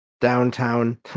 downtown